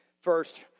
First